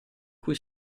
cui